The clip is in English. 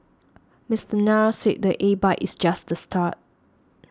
Mister Nair said the A bike is just the start